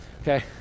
okay